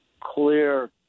clear